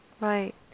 Right